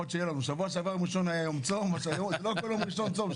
ביום ראשון שעבר היה יום צום אבל לא כל יום ראשון הוא יום צום.